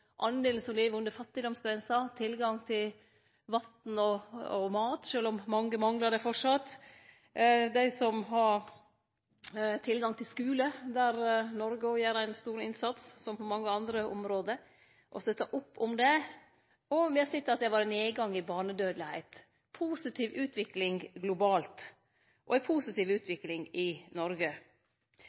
som lever under fattigdomsgrensa, eller tilgangen til vatn og mat, sjølv om mange manglar det framleis, og tilgangen til skule, der Noreg òg gjer ein stor innsats, som på mange andre område, og støttar opp om det. Og me har sett at det er ein nedgang i barnedødelegheit. Det er ei positiv utvikling globalt og ei positiv utvikling i Noreg.